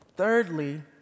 Thirdly